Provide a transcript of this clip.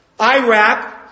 Iraq